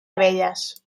abelles